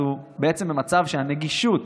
אנחנו בעצם במצב שהנגישות